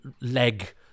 leg